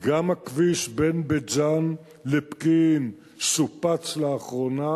שגם הכביש בין בית-ג'ן לפקיעין שופץ לאחרונה,